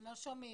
לא שומעים.